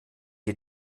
dir